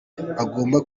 agomba